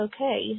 okay